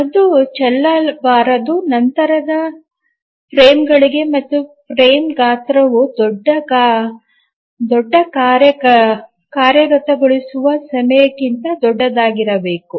ಅದು ಚೆಲ್ಲಬಾರದು ನಂತರದ ಫ್ರೇಮ್ಗಳಿಗೆ ಮತ್ತು ಫ್ರೇಮ್ ಗಾತ್ರವು ದೊಡ್ಡ ಕಾರ್ಯ ಕಾರ್ಯಗತಗೊಳಿಸುವ ಸಮಯಕ್ಕಿಂತ ದೊಡ್ಡದಾಗಿರಬೇಕು